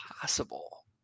possible